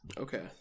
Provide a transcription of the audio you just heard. Okay